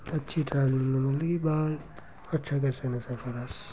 अच्छी ट्रैवलिंग मतलब कि बाह्र अच्छा करी सकने सफर अस